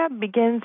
begins